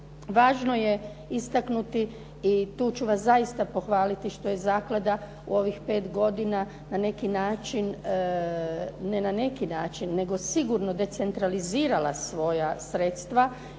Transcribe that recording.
Važno je istaknuti i tu ću vas zaista pohvaliti što je zaklada u ovim 5 godina na neki način, ne na neki način, nego sigurno decentralizirala svoja sredstva